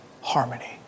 harmony